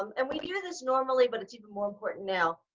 um and we hear this normally but it's even more important now,